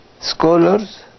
scholars